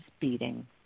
beating